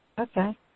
Okay